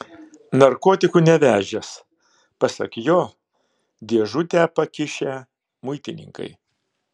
narkotikų nevežęs pasak jo dėžutę pakišę muitininkai